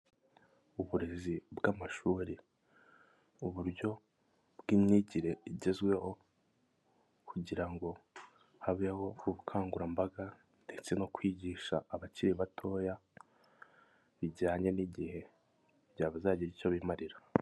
Uburezi bw'amashuri, uburyo bw'imyigire igezweho kugirango habeho ubukangurambaga ndetse no kwigisha abakiri batoya bijyanye n'igihe, kugira bazagire icyo bimarira.